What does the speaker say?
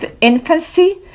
infancy